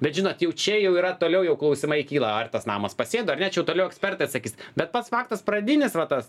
bet žinot jau čia jau yra toliau jau klausimai kyla ar tas namas pasėdo ar ne čia jau toliau ekspertai atsakys bet pats faktas pradinis va tas